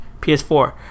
PS4